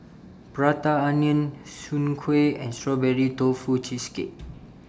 Prata Onion Soon Kuih and Strawberry Tofu Cheesecake